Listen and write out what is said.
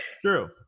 True